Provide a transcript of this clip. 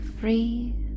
free